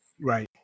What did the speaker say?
Right